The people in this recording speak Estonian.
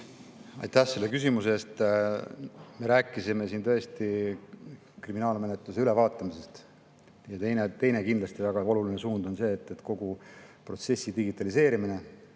Aitäh selle küsimuse eest! Me rääkisime siin kriminaalmenetluse ülevaatamisest. Teine kindlasti väga oluline suund on kogu protsessi digitaliseerimine.